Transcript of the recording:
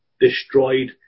destroyed